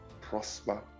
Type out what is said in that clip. prosper